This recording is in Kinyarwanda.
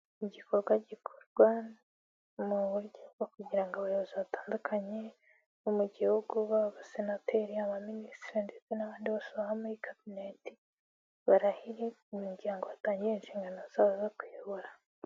Igikorwa gikorwa mu buryo bwo kugira ngo abayobozi batandukanye bo mu gihugu baba abasenateri, yaba abaminisitiri ndetse n'abandi bose babaha muri kabineti, barahire kugira ngo batangire inshingano zabo zo kuyobora.